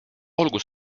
olgu